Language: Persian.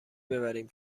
ببریم